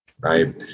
Right